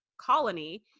colony